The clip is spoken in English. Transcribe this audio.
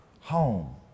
home